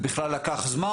ובכלל לקח זמן,